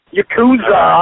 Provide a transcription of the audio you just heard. Yakuza